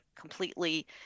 completely